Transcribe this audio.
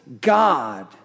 God